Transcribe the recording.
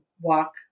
walk